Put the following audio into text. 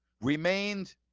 remained